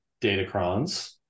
Datacrons